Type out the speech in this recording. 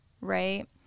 right